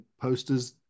posters